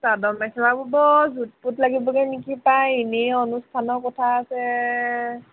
চাদৰ মেখেলাবো বৰ জোঁট পোট লাগিবগৈ নেকি পাই এনেই অনুষ্ঠানৰ কথা আছে